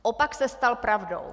Opak se stal pravdou.